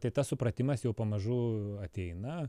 tai tas supratimas jau pamažu ateina